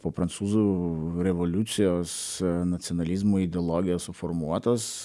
po prancūzų revoliucijos nacionalizmo ideologijos suformuotos